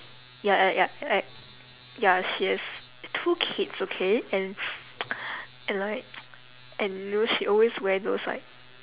ya ya ya ya ya she has two kids okay and and like and you know she always wear those like